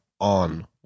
on